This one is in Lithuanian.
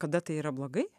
kada tai yra blogai